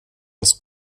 des